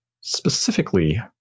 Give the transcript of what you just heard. specifically